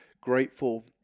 grateful